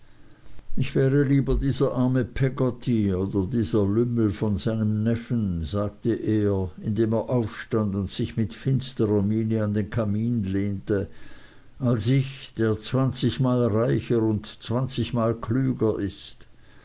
ich wäre lieber dieser arme peggotty oder dieser lümmel von seinem neffen sagte er indem er aufstand und sich mit finsterer miene an den kamin lehnte als ich der zwanzigmal reicher und zwanzigmal klüger ist